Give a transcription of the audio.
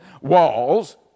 walls